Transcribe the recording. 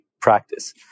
practice